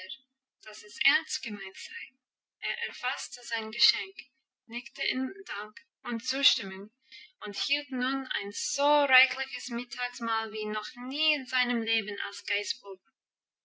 dass es ernst gemeint sei er erfasste sein geschenk nickte in dank und zustimmung und hielt nun ein so reichliches mittagsmahl wie noch nie in seinem leben als